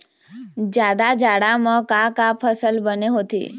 जादा जाड़ा म का का फसल बने होथे?